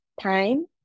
time